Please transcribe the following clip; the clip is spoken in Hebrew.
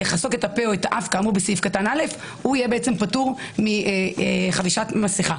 לכסות את הפה ואת האף כאמור בסעיף קטן (א)" הוא יהיה פטור מחבישת מסכה.